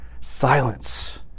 silence